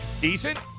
decent